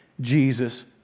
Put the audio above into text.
Jesus